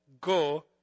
Go